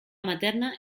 materna